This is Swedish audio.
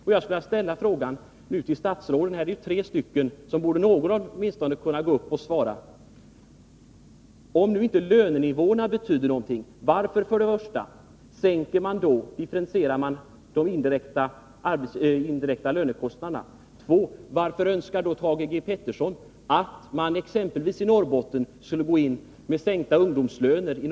Jag skulle vilja ställa en fråga till statsråden — det är ju tre statsråd närvarande i kammaren, så något av dem borde kunna gå upp och svara: Om lönenivåerna har någon betydelse, varför differentierar man de indirekta lönekostnaderna? Varför önskar Thage G. Peterson att man exempelvis i Norrbotten skulle gå in med sänkta ungdomslöner?